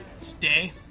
Stay